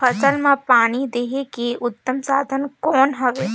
फसल मां पानी देहे के उत्तम साधन कौन हवे?